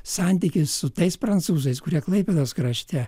santykis su tais prancūzais kurie klaipėdos krašte